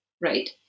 right